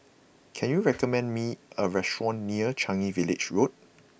can you recommend me a restaurant near Changi Village Road